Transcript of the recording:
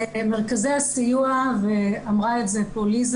מרכזי הסיוע ואמרה את זה פה ליזה